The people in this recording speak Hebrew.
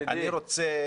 בבקשה.